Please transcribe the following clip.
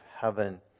heaven